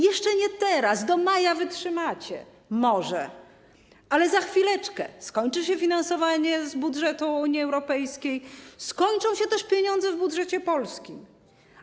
Jeszcze nie teraz, do maja może wytrzymacie, ale za chwileczkę skończy się finansowanie z budżetu Unii Europejskiej, skończą się też pieniądze w polskim budżecie.